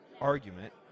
argument